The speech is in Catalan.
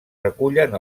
recullen